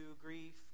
grief